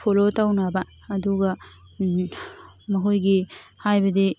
follow ꯇꯧꯅꯕ ꯑꯗꯨꯒ ꯃꯈꯣꯏꯒꯤ ꯍꯥꯏꯕꯗꯤ